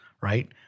right